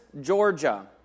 Georgia